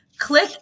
Click